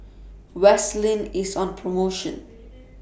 Vaselin IS on promotion